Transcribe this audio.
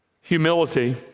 Humility